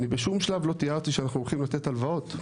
אני בשום שלב לא תיארתי שאנחנו הולכים לתת הלוואות,